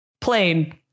plane